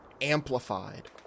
amplified